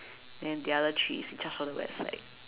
then the other three is in charge of the website